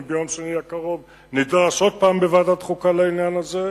ביום שני הקרוב נידרש שוב לעניין הזה,